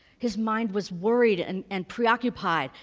his mind was worried and and preoccupied,